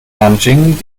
nanjing